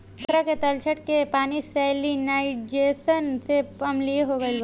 पोखरा के तलछट के पानी सैलिनाइज़ेशन से अम्लीय हो गईल बा